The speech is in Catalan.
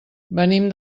venim